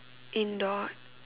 indoor